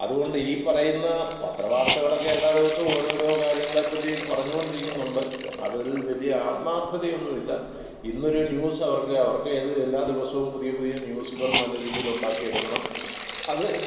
അതുകൊണ്ട് ഈ പറയുന്ന പത്രവാർത്തകളൊക്കെ എല്ലാ ദിവസവും ഓരോരോ കാര്യങ്ങളെ പറ്റി പറഞ്ഞു കൊണ്ടിരിക്കുന്നുണ്ട് അതൊരു വലിയ ആത്മാർഥതയൊന്നും ഇല്ല ഇന്നൊരു ന്യൂസ് അവർക്ക് അവർക്ക് എല്ലാ ദിവസവും പുതിയ പുതിയ ന്യൂസുകൾ നല്ല രീതിയിൽ ഉണ്ടാക്കിയെടുക്കണം അത്